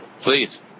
Please